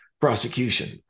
prosecution